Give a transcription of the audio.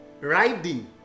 riding